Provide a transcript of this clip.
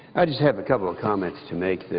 i just have a couple of comments to make